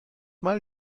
mal